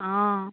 অঁ